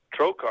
trocar